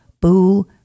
Boo